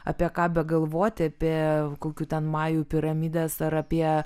apie ką begalvoti apie kokių ten majų piramides ar apie